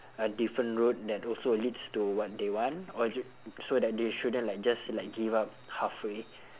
a different route that also leads to what they want or ju~ so that they shouldn't like just like give up halfway